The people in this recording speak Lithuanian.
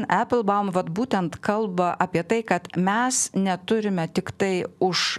applebaum vat būtent kalba apie tai kad mes neturime tiktai už